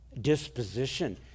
disposition